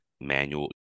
manual